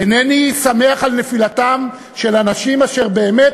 אינני שמח על נפילתם של אנשים אשר באמת